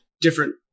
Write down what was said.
different